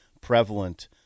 prevalent